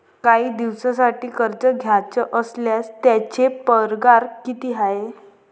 कायी दिसांसाठी कर्ज घ्याचं असल्यास त्यायचे परकार किती हाय?